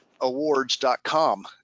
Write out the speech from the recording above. awards.com